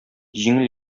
җиңел